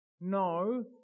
No